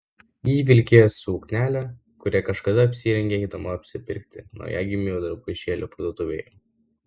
ji vilkėjo suknelę kurią kažkada apsirengė eidama apsipirkti naujagimių drabužėlių parduotuvėje